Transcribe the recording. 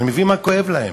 אני מבין מה כואב להם,